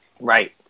Right